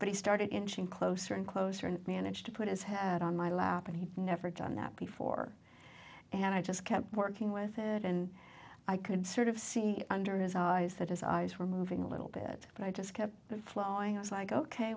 but he started inching closer and closer and managed to put his hat on my lap and he'd never done that before and i just kept working with it and i could sort of see under his eyes that his eyes were moving a little bit but i just kept flowing i was like ok